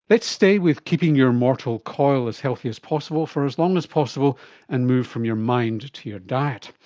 let's stay with keeping your mortal coil as healthy as possible for as long as possible and move from your mind to your diet.